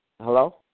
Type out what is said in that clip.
hello